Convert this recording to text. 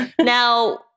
Now